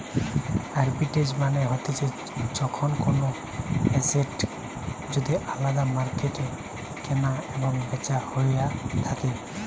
arbitrage মানে হতিছে যখন কোনো এসেট যদি আলদা মার্কেটে কেনা এবং বেচা হইয়া থাকে